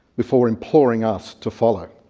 before imploring us to follow.